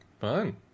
Fun